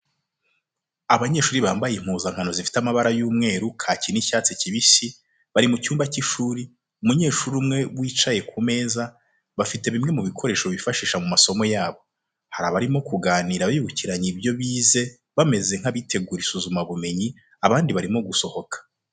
Abanyeshuri bambaye impuzankano zifite amabara y'umweru, kaki, n'icyatsi kibisi, bari mu cyumba cy'ishuri, umunyeshuri umwe wicaye ku meza, bafite bimwe mu bikoresho bifashisha mu masomo yabo. Hari abarimo kuganira bibukiranya ibyo bize bameze nk'abitegura isuzumabumenyi, abandi barimo gusohoka.